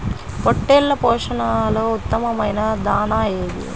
పొట్టెళ్ల పోషణలో ఉత్తమమైన దాణా ఏది?